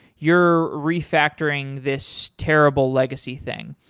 you're re factoring this terrible legacy thing.